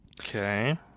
Okay